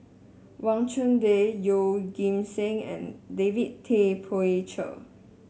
Wang Chunde Yeoh Ghim Seng and David Tay Poey Cher